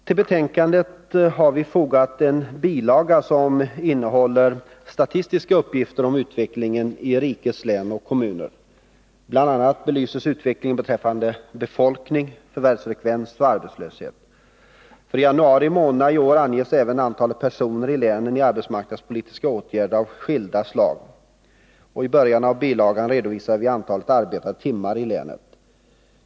Till betänkandet har vi fogat en bilaga som innehåller statistiska uppgifter om utvecklingen i rikets län och kommuner. Bl. a. belyses utvecklingen beträffande befolkning, förvärvsfrekvens och arbetslöshet. För januari månad i år anges även antalet personer i länen i arbetsmarknadspolitiska åtgärder av skilda slag. I början av bilagan redovisar vi antalet arbetade timmari länen.